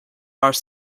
are